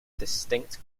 distinct